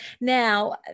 Now